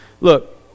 look